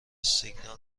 سیگنال